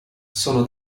sono